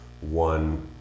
one